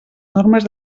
normes